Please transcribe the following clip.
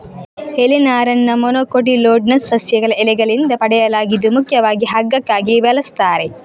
ಎಲೆ ನಾರನ್ನ ಮೊನೊಕೊಟಿಲ್ಡೋನಸ್ ಸಸ್ಯಗಳ ಎಲೆಗಳಿಂದ ಪಡೆಯಲಾಗಿದ್ದು ಮುಖ್ಯವಾಗಿ ಹಗ್ಗಕ್ಕಾಗಿ ಬಳಸ್ತಾರೆ